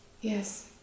Yes